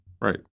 Right